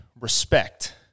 respect